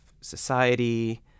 society